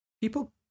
people